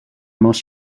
most